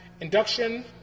induction